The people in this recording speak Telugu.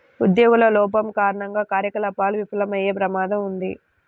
ఉద్యోగుల లోపం కారణంగా కార్యకలాపాలు విఫలమయ్యే ప్రమాదం ఉంది